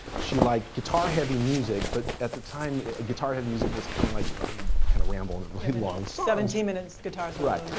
she like guitar-heavy music, but at the time guitar-heavy music was kind of like kind of rambling really long. seventeen minute guitar solo. right.